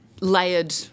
layered